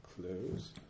close